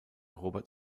robert